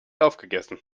aufgegessen